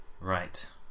Right